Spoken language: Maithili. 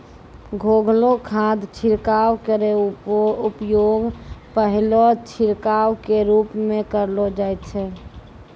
घोललो खाद छिड़काव केरो उपयोग पहलो छिड़काव क रूप म करलो जाय छै